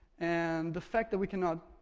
and the fact that we cannot,